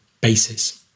basis